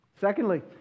Secondly